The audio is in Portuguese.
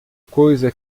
coisa